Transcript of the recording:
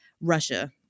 Russia